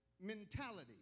mentality